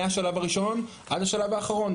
מהשלב הראשון עד השלב האחרון,